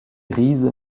grise